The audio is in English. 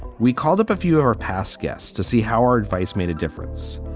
we called up a few of our past guests to see how our advice made a difference.